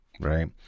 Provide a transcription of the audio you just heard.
Right